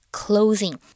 clothing